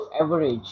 average